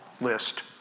list